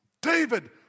David